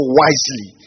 wisely